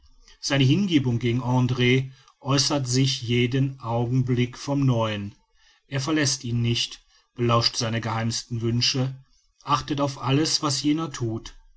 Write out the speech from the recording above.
seine hingebung gegen andr äußert sich jeden augenblick von neuem er verläßt ihn nicht belauscht seine geheimsten wünsche achtet auf alles was jener thut